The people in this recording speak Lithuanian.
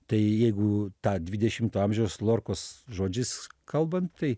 tai jeigu tą dvidešimto amžiaus lorkos žodžiais kalbant tai